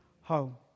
home